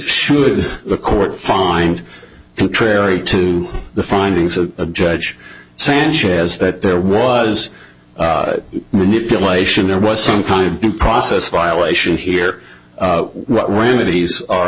should the court find contrary to the findings of a judge sanchez that there was a manipulation there was some time in process violation here what remedies are